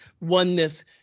oneness